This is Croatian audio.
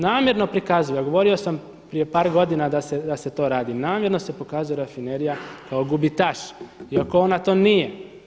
Namjerno prikazuje, a govorio sam prije par godina da se to radi, namjerno se pokazuje rafinerija kao gubitaš iako ona to nije.